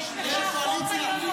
יש משטרה, יש שב"כ, יש חוק העונשין.